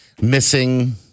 Missing